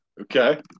Okay